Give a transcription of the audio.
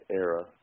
era